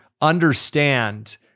understand